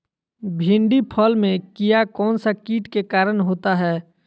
भिंडी फल में किया कौन सा किट के कारण होता है?